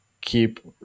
keep